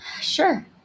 Sure